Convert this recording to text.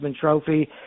Trophy